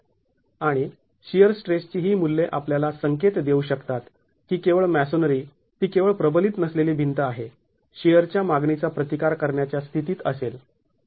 आणि शिअर स्ट्रेसची ही मुल्ये आपल्याला संकेत देऊ शकतात की केवळ मॅसोनेरी ती केवळ प्रबलित नसलेली भिंत आहे शिअरच्या मागणी चा प्रतिकार करण्याच्या स्थितीत असेल